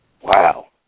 Wow